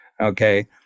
okay